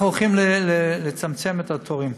אנחנו הולכים לצמצם את התורים.